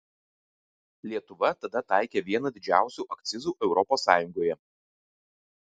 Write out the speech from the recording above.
lietuva tada taikė vieną didžiausių akcizų europos sąjungoje